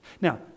Now